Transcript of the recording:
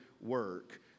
work